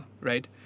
Right